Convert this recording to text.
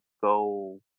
go